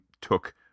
took